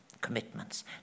commitments